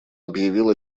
объявил